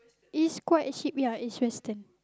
is quite cheap ya is western